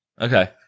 okay